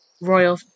royal